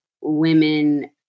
women